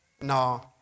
No